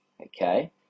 Okay